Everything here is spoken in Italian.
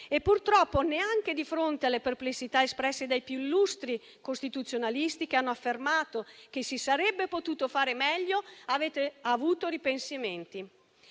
Purtroppo, neanche di fronte alle perplessità espresse dai più illustri costituzionalisti, che hanno affermato che si sarebbe potuto fare meglio, avete avuto ripensamenti.